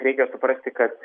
reikia suprasti kad